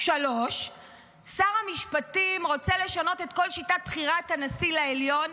3. שר המשפטים רוצה לשנות את כל שיטת בחירת הנשיא לעליון,